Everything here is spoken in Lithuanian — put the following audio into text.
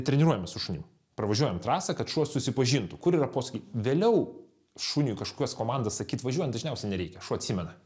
treniruojamės su šuniu pravažiuojam trasą kad šuo susipažintų kur yra posūkiai vėliau šuniui kažkokias komandas sakyt važiuojant dažniausiai nereikia šuo atsimena